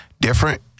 different